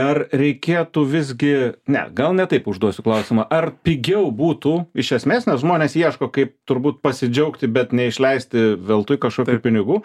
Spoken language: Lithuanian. ar reikėtų visgi ne gal ne taip užduosiu klausimą ar pigiau būtų iš esmės nes žmonės ieško kaip turbūt pasidžiaugti bet neišleisti veltui kažko pinigų